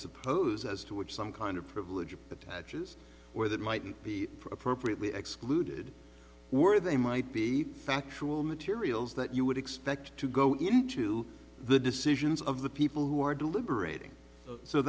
suppose as to which some kind of privilege attaches or that mightn't be appropriately excluded were they might be factual materials that you would expect to go into the decisions of the people who are deliberating so